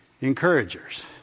encouragers